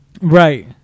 right